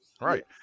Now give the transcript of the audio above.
Right